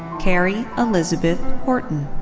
carey elisabeth horton.